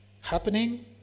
happening